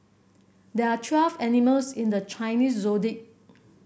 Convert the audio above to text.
there are twelve animals in the Chinese Zodiac